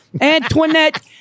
Antoinette